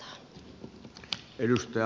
arvoisa puhemies